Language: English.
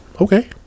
okay